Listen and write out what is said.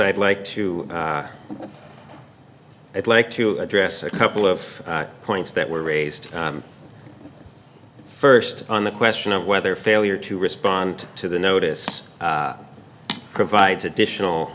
i'd like to i'd like to address a couple of points that were raised first on the question of whether failure to respond to the notice provides additional